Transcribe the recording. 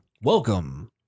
welcome